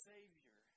Savior